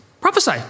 prophesy